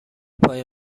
پای